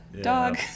dog